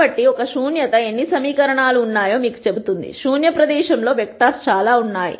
కాబట్టి ఒక శూన్యత ఎన్ని సమీకరణాలు ఉన్నాయో మీకు చెబుతుంది శూన్య ప్రదేశం లో వెక్టర్స్ చాలా ఉన్నాయి